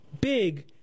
Big